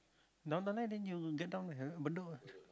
Downtown Line then you get down Bedok ah